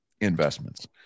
investments